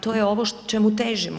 To je ovo čemu težimo.